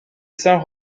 saint